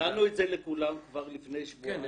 הודענו את זה לכולם כבר לפני שבועיים.